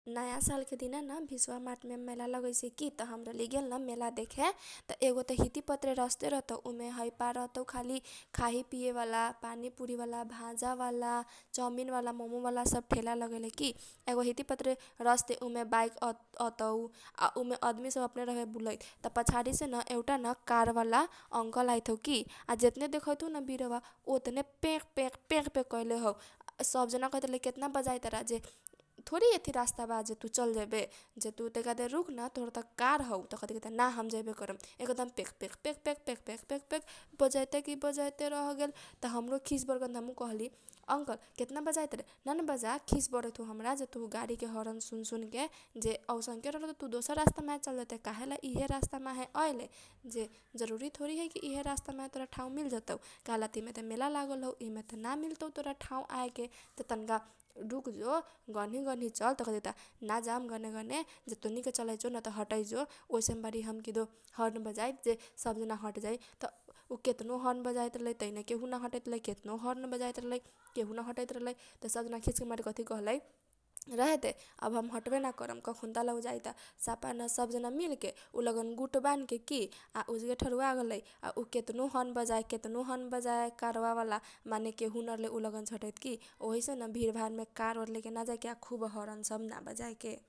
नयाँ साल के दिना न भिस्वा माटमे मेला लगैसै की त हम रहली गेल न मेला देखे एगो त हिती पतरे रसते रहतौ उमे है पार खाली खाही पिही बाला पानी पुरी बाला भाजा बाला, चौमिन बाला, मोमो बाला, सब ठेला लगैले रहतौ की । आ एगो हिती पतरे रसते आ उमे बाइक अतौ आ उ मे आदमी सब अपने रहतौ बुलैत आ पछाडि से न एउटा न कार बाला अंकल आइत हौ की । आ जेतने देखैत हौन भिडबा ओतने पेकपेक पेकपेक कैले हौ सब जना कहैत है केतना बजैले बारा थोरी रासता बा जे तु चल जैबे। जे तु तनका देर रूक न तोहर त कार हौ त कथी कहैता ना हम जैबे करम एकदम पेकपेकपेकपेक बजैते की बजैते रहगेल त हमरो खिस बर गेल न त हमहु कहली अंकल केतना बजाइतारे नान बजा खिस बरैत हौ हमरा जे तोहर गाडी के हरन सुन सुन के । जे औसनके रहलौ त दोसर रहता माहे नाचल जैते काहे इहे रासता माहे आइले जे जरूरी थोरी है जे इहे रासता माहे तोरा ठाउँ मिल जतौ। काहेला त इमाहे त मेला लागल हौ इमे त ना मिलतौ तोरा ठाउँ आएके त तनका रुकजो गनही गनही चल त कथी कहैता ना जाम गने गने जे तोनीके चलै चल ना त हटै जो । उहीजे बारी हम किदो हरन बजाइत जे सब जना हट जाए त तु केतनो हरन बजाइत रहलै केहु ना रहलै हटैट त सब जना खिसके मारे कथी कहलै रहेदे अब हम हटबे ना करन कखुनता उ जाइत बा सफा न सब जना मिलके उ लगन गुट बानके की। आ उजिगे ठरूआ गेलै आ उ केतनै हरन बजाए केतनो हरन बजाए कारवा बाला माने केहु ना रहलै उ लगन सेन हटैत की उहिसेन भिड भाडमे कार ओर लेके ना जाएके आ खुब हरन सब ना बजाएके ।